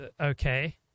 okay